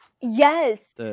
yes